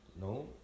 no